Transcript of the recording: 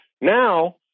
Now